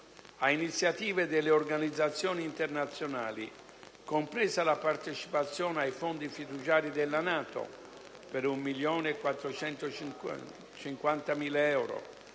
ad iniziative delle organizzazioni internazionali, compresa la partecipazione ai fondi fiduciari della NATO (per 1,45